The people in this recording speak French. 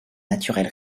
naturel